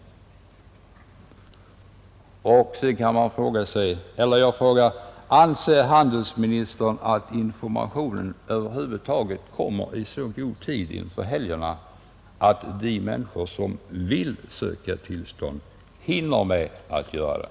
Anser handelsministern att informationen över huvud taget kommer i så god tid inför helgerna att de människor som vill söka tillstånd hinner med att göra det?